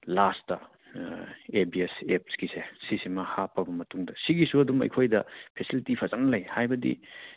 last A B S ꯑꯦꯄꯁꯀꯤꯁꯦ ꯁꯤꯁꯤꯃ ꯍꯥꯞꯄꯕ ꯃꯇꯨꯡꯗ ꯁꯤꯒꯤꯁꯨ ꯑꯗꯨꯝ ꯑꯩꯈꯣꯏꯗ ꯐꯦꯁꯤꯂꯤꯇꯤ ꯐꯖꯅ ꯂꯩ ꯍꯥꯏꯕꯗꯤ